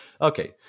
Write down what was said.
Okay